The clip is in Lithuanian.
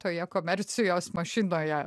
toje komercijos mašinoje